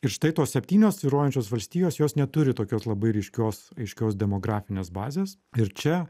ir štai tos septynios svyruojančios valstijos jos neturi tokios labai ryškios aiškios demografinės bazės ir čia